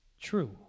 true